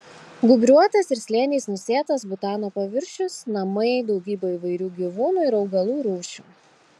gūbriuotas ir slėniais nusėtas butano paviršius namai daugybei įvairių gyvūnų ir augalų rūšių